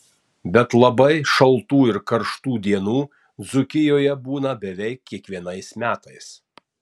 bet labai šaltų ir karštų dienų dzūkijoje būna beveik kiekvienais metais